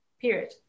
period